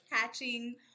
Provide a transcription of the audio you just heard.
catching